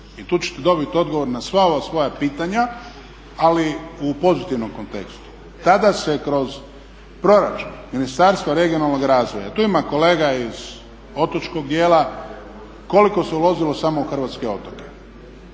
i tu ćete dobiti odgovor na sva ova svoja pitanja, ali u pozitivnom kontekstu. Tada se kroz proračun Ministarstva regionalnog razvoja, tu ima kolega iz otočkog dijela, koliko se uložilo samo u hrvatske otoke.